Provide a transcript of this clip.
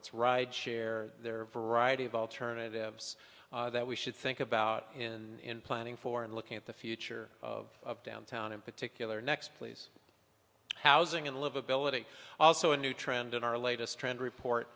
it's ride share their variety of alternatives that we should think about in planning for and looking at the future of downtown in particular next please housing and livability also a new trend in our latest trend